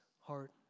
heart